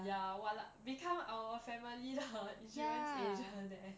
ya !wah! become our family the insurance agent leh